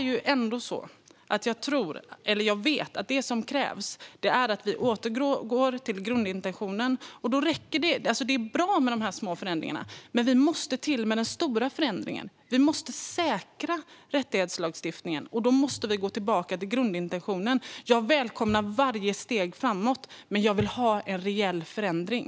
Jag vet att det som krävs är att vi återgår till grundintentionen. Det är bra med de små förändringarna. Men vi måste till med den stora förändringen. Vi måste säkra rättighetslagstiftningen, och då måste vi gå tillbaka till grundintentionen. Jag välkomnar varje steg framåt. Men jag vill ha en reell förändring.